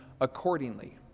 accordingly